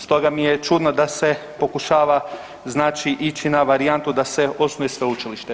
Stoga mi je čudno da se pokušava znači ići na varijantu da se osnuje sveučilište.